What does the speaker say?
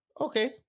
okay